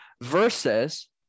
Versus